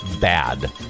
bad